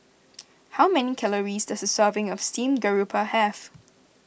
how many calories does a serving of Steamed Garoupa have